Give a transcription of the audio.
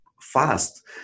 fast